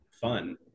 fun